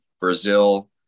Brazil